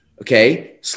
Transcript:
Okay